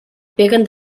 peguen